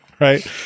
Right